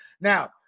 Now